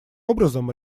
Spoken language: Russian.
образом